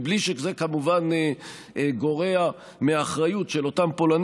בלי שזה כמובן גורע מאחריות של אותם פולנים